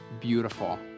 beautiful